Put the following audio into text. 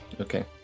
Okay